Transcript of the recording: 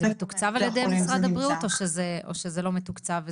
זה תוקצב על ידי משרד הבריאות או שזה לא מתוקצב?